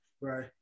right